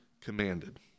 commanded